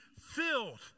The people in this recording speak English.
filled